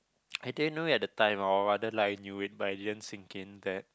I didn't know it time or rather like I knew it but it didn't sink in there